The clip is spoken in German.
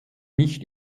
nicht